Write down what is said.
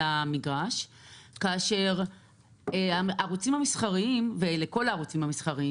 המגרש כאשר הערוצים המסחריים ואלה בעצם כל הערוצים המסחריים